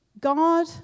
God